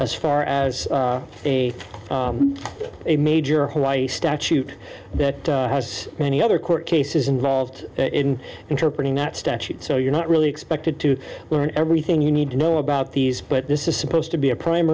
as far as a a major hawaii statute that has many other court cases involved in interpreting that statute so you're not really expected to learn everything you need to know about these but this is supposed to be a prime